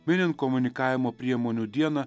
minint komunikavimo priemonių dieną